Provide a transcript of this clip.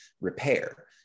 repair